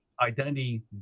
identity